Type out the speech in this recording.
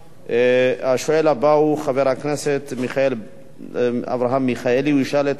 השואל הבא הוא חבר הכנסת אברהם מיכאלי.